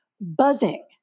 buzzing